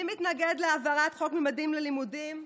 מי מתנגד להעברת חוק ממדים ללימודים?